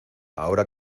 ahora